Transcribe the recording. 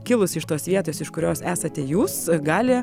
kilusi iš tos vietos iš kurios esate jūs gali